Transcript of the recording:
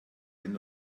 den